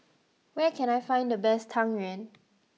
where can I find the best Tang Yuen